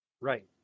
Right